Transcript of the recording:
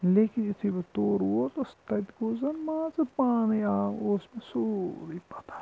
لیکن یُتھے بہٕ تور ووتُس تتہِ گوٚو زنہٕ مان ژٕ پانَے آو اوس مےٚ سورُے پَتہ